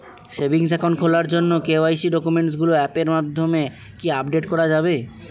Savings account খোলার জন্য KYC ডকুমেন্টগুলো অ্যাপের মাধ্যমে কি আপডেট করা যাবে?